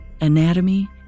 anatomy